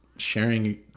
sharing